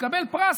תקבל פרס,